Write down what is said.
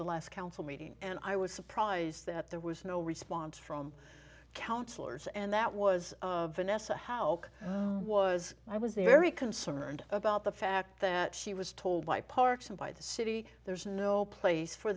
the last council meeting and i was surprised that there was no response from counselors and that was vanessa how was i was very concerned about the fact that she was told by parks and by the city there's no place for